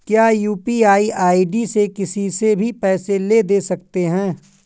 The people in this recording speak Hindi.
क्या यू.पी.आई आई.डी से किसी से भी पैसे ले दे सकते हैं?